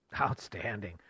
Outstanding